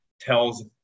tells